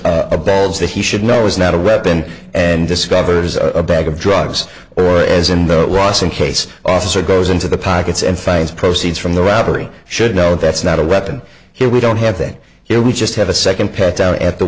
balance that he should know is not a weapon and discovers a bag of drugs or as in the rossum case officer goes into the pockets and finds proceeds from the robbery should know that's not a weapon here we don't have that here we just have a second pat down a